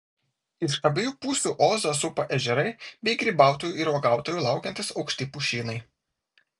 iš abiejų pusių ozą supa ežerai bei grybautojų ir uogautojų laukiantys aukšti pušynai